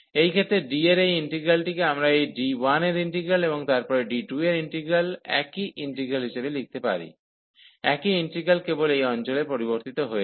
এই ক্ষেত্রে D এর এই ইন্টিগ্রালটিকে আমরা এই D1 এর ইন্টিগ্রাল এবং তারপরে D2 এর সাথে ইন্টিগ্রাল একই ইন্টিগ্র্যান্ট হিসাবে লিখতে পারি একই ইন্টিগ্রাল কেবল এই অঞ্চলে পরিবর্তিত হয়েছে